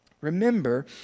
Remember